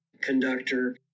conductor